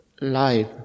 life